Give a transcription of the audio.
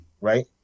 right